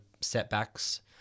setbacks